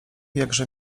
jakże